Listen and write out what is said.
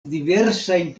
diversajn